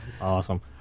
Awesome